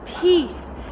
Peace